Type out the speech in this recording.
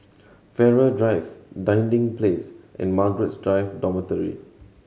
Farrer Drive Dinding Place and Margaret Drive Dormitory